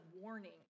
warning